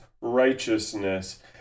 righteousness